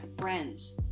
friends